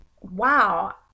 wow